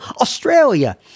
Australia